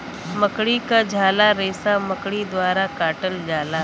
मकड़ी क झाला रेसा मकड़ी द्वारा काटल जाला